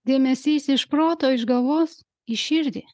dėmesys iš proto iš galvos į širdį